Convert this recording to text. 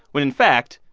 when, in fact,